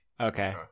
Okay